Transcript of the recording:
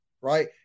right